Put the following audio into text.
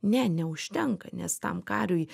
ne neužtenka nes tam kariui